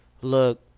Look